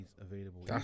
available